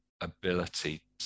ability